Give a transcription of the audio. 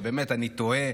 באמת, אני תוהה